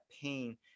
pain